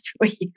week